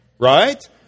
Right